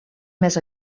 més